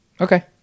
Okay